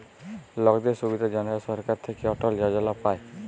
লকদের সুবিধার জনহ সরকার থাক্যে অটল যজলা পায়